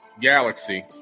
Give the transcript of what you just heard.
galaxy